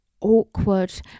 awkward